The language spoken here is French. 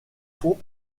font